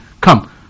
come